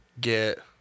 get